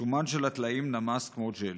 השומן של הטלאים נמס כמו ג'לי.